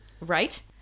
right